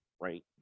right